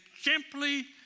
simply